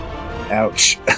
Ouch